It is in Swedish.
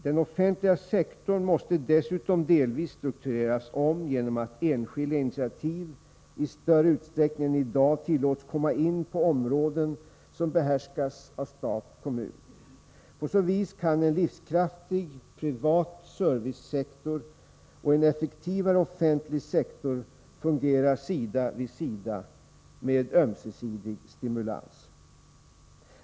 Den offentliga sektorn måste dessutom delvis struktureras om genom att enskilda initiativ i större utsträckning än i dag tillåts komma in på områden som behärskas av stat och kommun. På så vis kan en livskraftig privat servicesektor och en effektivare offentlig sektor fungera sida vid sida, för ömsesidig stimulans.